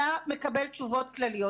אתה מקבל תשובות כלליות.